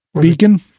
Beacon